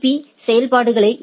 பீ செயல்பாடுகளை ஏ